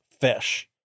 fish